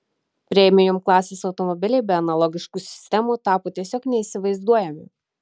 premium klasės automobiliai be analogiškų sistemų tapo tiesiog neįsivaizduojami